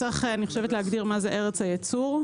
יש להגדיר מה זה ארץ הייצור.